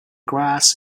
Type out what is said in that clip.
grass